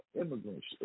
immigrants